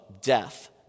death